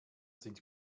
sind